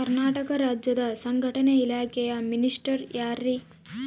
ಕರ್ನಾಟಕ ರಾಜ್ಯದ ಸಂಘಟನೆ ಇಲಾಖೆಯ ಮಿನಿಸ್ಟರ್ ಯಾರ್ರಿ?